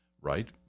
right